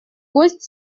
гость